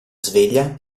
sveglia